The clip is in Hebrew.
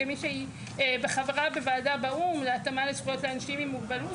כמי שהיא בחברה בוועדה באו"ם להתאמה לזכויות לאנשים עם מוגבלות,